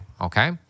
Okay